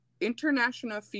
International